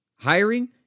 Hiring